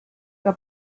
que